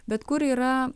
bet kur yra